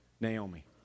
Naomi